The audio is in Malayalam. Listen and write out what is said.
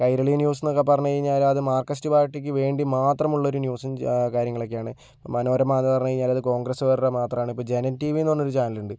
കൈരളി ന്യൂസെന്നൊക്കെ പറഞ്ഞു കഴിഞ്ഞാൽ അത് മാർക്സസ്റ്റ് പാർട്ടിക്ക് വേണ്ടി മാത്രമുള്ള ഒരു ന്യൂസും കാര്യങ്ങളൊക്കെയാണ് മനോരമ എന്ന് പറഞ്ഞു കഴിഞ്ഞാൽ അത് കോൺഗ്രസുകാരുടെ മാത്രമാണ് ഇപ്പോൾ ജനം ടി വി എന്നു പറഞ്ഞ ഒരു ചാനലുണ്ട്